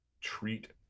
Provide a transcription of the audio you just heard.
treat